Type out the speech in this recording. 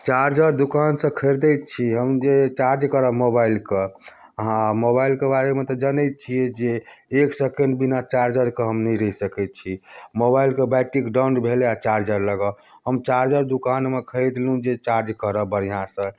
charger दुकानसँ खरिदैत छी हम जे चार्ज करब मोबाइल कऽ अहाँ मोबाइल कऽ बारेमे तऽ जानैत छियै जे एक सेकंड बिना चार्जर कऽ हम नहि रहि सकैत छी मोबाइलके बैट्रिक डाउन भेलै आ चार्जर लगाउ हम चार्जर दुकान मऽ खरिदलहुँ जे चार्ज करब बढ़िआँसँ